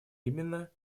именно